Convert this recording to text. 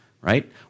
right